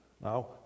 now